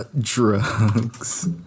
drugs